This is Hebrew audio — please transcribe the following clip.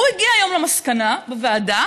הוא הגיע היום למסקנה בוועדה